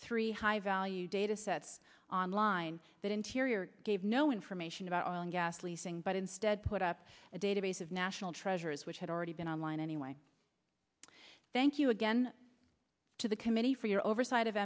three high value data sets online that interior gave no information about oil and gas leasing but instead put up a database of national treasures which had already been on line anyway thank you again to the committee for your oversight of